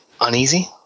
uneasy